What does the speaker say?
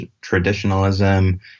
traditionalism